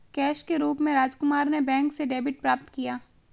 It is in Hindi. कैश के रूप में राजकुमार ने बैंक से डेबिट प्राप्त किया